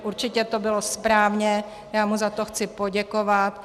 Určitě to bylo správně, já mu za to chci poděkovat.